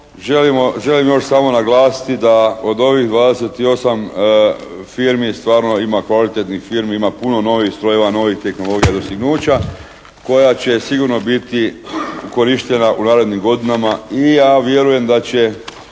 Želim još samo naglasiti da od ovih 28 firmi stvarno ima kvalitetnih firmi, ima puno novih strojeva, novih tehnologija i dostignuća koja će sigurno biti korištena u narednim godinama i ja vjerujem da će